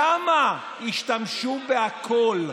שם ישתמשו בהכול.